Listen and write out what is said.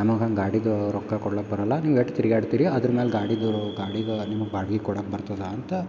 ನಮಗೆ ಗಾಡಿದು ರೊಕ್ಕ ಕೊಡ್ಲಕ್ಕೆ ಬರೋಲ್ಲ ನೀವು ಎಷ್ಟ್ ತಿರುಗಾಡ್ತಿರಿ ಅದ್ರದು ಮ್ಯಾಲೆ ಗಾಡಿದು ಗಾಡಿದು ನಿಮಗೆ ಬಾಡ್ಗೆ ಕೊಡೋಕ್ ಬರ್ತದ ಅಂತ